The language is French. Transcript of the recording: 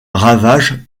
ravage